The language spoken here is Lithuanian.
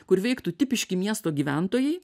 kur veiktų tipiški miesto gyventojai